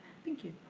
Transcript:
thank you.